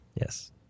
Yes